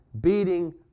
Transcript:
beating